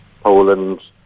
Poland